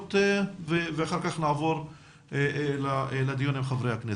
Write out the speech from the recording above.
דקות ואחר כך נעבור לדיון עם חברי הכנסת.